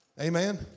Amen